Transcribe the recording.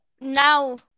now